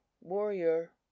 warrior